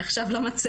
עכשיו למצגת.